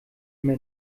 immer